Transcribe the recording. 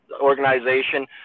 organization